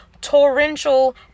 torrential